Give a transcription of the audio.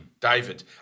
David